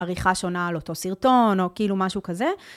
עריכה שונה על אותו סרטון או כאילו משהו כזה